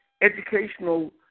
educational